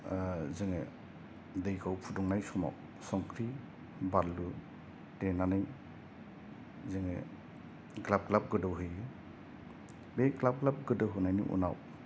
जोङो दैखौ फुदुंनाय समाव संक्रि बानलु देनानै जोङो ग्लाब ग्लाब गोदौ होयो बे ग्लाब ग्लाब गोदौ होनायनि उनाव